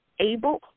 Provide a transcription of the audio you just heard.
able